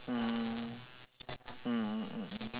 mm mm mm mm